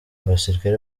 abasirikare